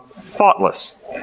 thoughtless